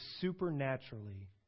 supernaturally